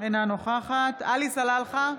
אינה נוכחת עלי סלאלחה,